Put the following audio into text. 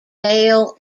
vale